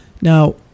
Now